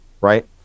right